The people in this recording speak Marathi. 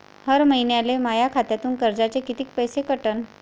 हर महिन्याले माह्या खात्यातून कर्जाचे कितीक पैसे कटन?